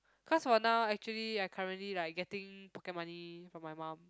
cause for now actually I currently like getting pocket money from my mum